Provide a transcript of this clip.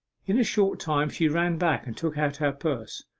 in a short time she ran back and took out her purse.